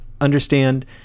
Understand